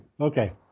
Okay